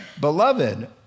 Beloved